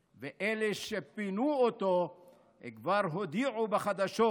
/ ואלה שפינו אותו כבר הודיעו בחדשות: